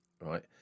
right